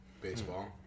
Baseball